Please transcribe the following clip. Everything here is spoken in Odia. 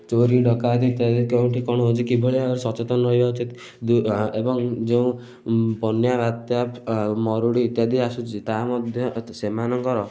ଚୋରି ଡକାୟତି ଇତ୍ୟାଦି କେଉଁଠି କ'ଣ ହେଉଛି କିଭଳିଆ ସଚେତନ ରହିବା ଉଚିତ ଏବଂ ଯେଉଁ ବନ୍ୟା ବାତ୍ୟା ମରୁଡ଼ି ଇତ୍ୟାଦି ଆସୁଛି ତାହା ମଧ୍ୟ ସେମାନଙ୍କର